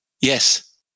Yes